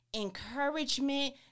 encouragement